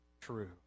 true